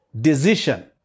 decision